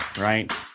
right